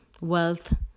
wealth